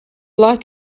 like